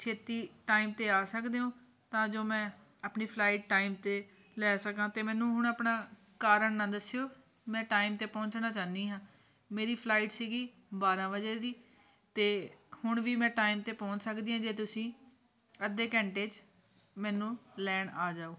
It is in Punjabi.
ਛੇਤੀ ਟਾਈਮ 'ਤੇ ਆ ਸਕਦੇ ਓਂ ਤਾਂ ਜੋ ਮੈਂ ਆਪਣੀ ਫਲਾਈਟ ਟਾਈਮ 'ਤੇ ਲੈ ਸਕਾਂ ਅਤੇ ਮੈਨੂੰ ਹੁਣ ਆਪਣਾ ਕਾਰਨ ਨਾ ਦੱਸਿਓ ਮੈਂ ਟਾਈਮ 'ਤੇ ਪਹੁੰਚਣਾ ਚਾਹੁੰਦੀ ਹਾਂ ਮੇਰੀ ਫਲਾਈਟ ਸੀਗੀ ਬਾਰ੍ਹਾਂ ਵਜੇ ਦੀ ਅਤੇ ਹੁਣ ਵੀ ਮੈਂ ਟਾਈਮ 'ਤੇ ਪਹੁੰਚ ਸਕਦੀ ਹਾਂ ਜੇ ਤੁਸੀਂ ਅੱਧੇ ਘੰਟੇ 'ਚ ਮੈਨੂੰ ਲੈਣ ਆ ਜਾਓ